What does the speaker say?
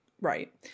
Right